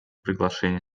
приглашение